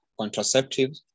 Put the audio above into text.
contraceptives